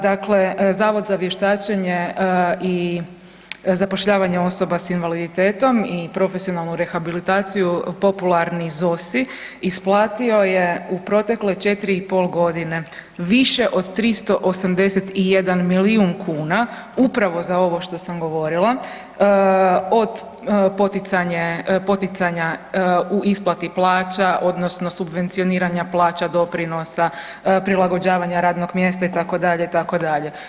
Dakle, Zavod za vještačenje i zapošljavanje osoba sa invaliditetom i profesionalnu rehabilitaciju popularni ZOSI isplatio je u protekle četiri i pol godine više od 381 milijun kuna upravo za ovo što sam govorila od poticanja u isplati plaća, odnosno subvencioniranja plaća doprinosa, prilagođavanja radnog mjesta itd. itd.